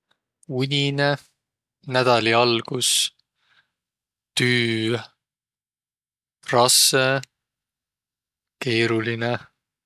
Uninõ, nädäli algus, tüü, raasõ, keerolinõ.